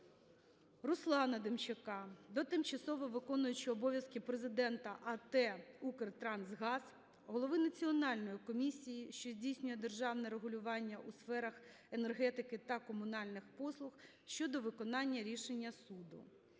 Руслана Демчака до тимчасово виконуючого обов'язки Президента АТ "Укртрансгаз", голови Національної комісії, що здійснює державне регулювання у сферах енергетики та комунальних послуг щодо виконання рішення суду.